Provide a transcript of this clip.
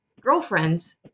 girlfriends